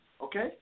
Okay